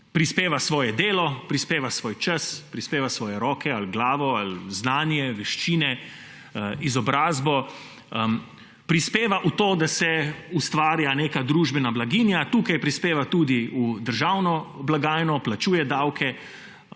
prispeva svoje delo, prispeva soj čas, prispeva svoje roke ali glavo, znanje, veščine, izobrazbo, prispeva v to, da se ustvarja neka družbena blaginja. Tukaj prispeva tudi v državno blagajno, plačuje davke,